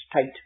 state